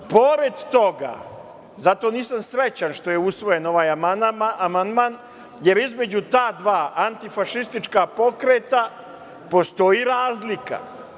Pored toga, zato nisam srećan što je usvojen ovaj amandman, jer između ta dva antifašistička pokreta postoji razlika.